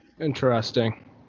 interesting